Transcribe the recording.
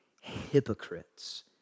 hypocrites